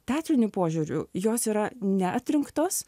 teatriniu požiūriu jos yra neatrinktos